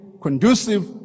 conducive